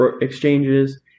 exchanges